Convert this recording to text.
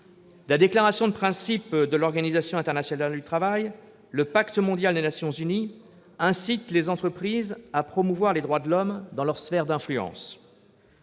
la déclaration de principe de l'Organisation internationale du travail et le pacte mondial des Nations unies incitent les entreprises à promouvoir les droits de l'homme dans leur sphère d'influence.